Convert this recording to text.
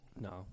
No